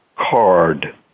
card